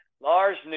Lars